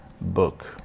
Book